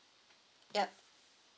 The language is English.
yup